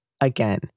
Again